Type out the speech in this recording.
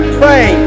pray